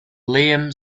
liam